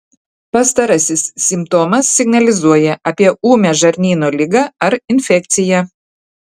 pastarasis simptomas signalizuoja apie ūmią žarnyno ligą ar infekciją